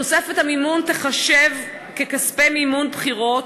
תוספת המימון תיחשב ככספי מימון בחירות,